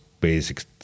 basic